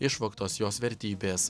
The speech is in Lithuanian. išvogtos jos vertybės